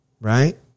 right